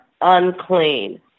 unclean